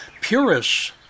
Purists